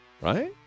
right